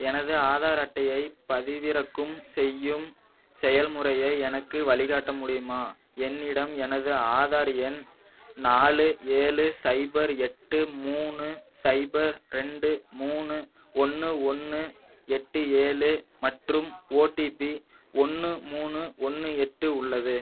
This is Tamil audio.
எனது ஆதார் அட்டையைப் பதிவிறக்கும் செய்யும் செயல்முறையை எனக்கு வழிகாட்ட முடியுமா என்னிடம் எனது ஆதார் எண் நாலு ஏழு சைபர் எட்டு மூணு சைபர் ரெண்டு மூணு ஒன்று ஒன்று எட்டு ஏழு மற்றும் ஓடிபி ஒன்று மூணு ஒன்று எட்டு உள்ளது